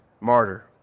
martyr